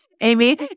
Amy